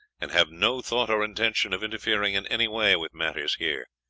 and have no thought or intention of interfering in any way with matters here.